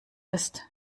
ist